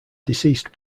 deceased